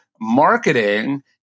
marketing